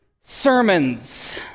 sermons